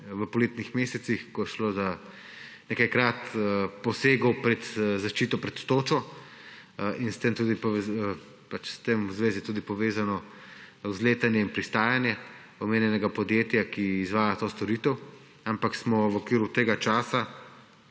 v poletnih mesecih, ko je šlo za nekaj posegov za zaščito pred točo in s tem v zvezi tudi povezano vzletanje in pristajanje omenjenega podjetja, ki izvaja to storitev, ampak smo v okviru tega časa